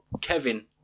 Kevin